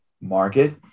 market